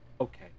Okay